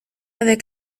avec